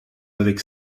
avec